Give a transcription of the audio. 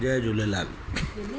Jay Jhulelal